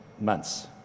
months